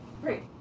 Great